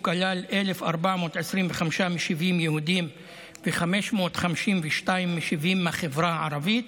הוא כלל 1,425 משיבים יהודים ו-552 משיבים מהחברה הערבית,